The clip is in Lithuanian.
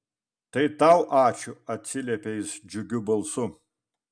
tai tau ačiū atsiliepia jis džiugiu balsu